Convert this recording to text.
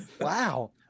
Wow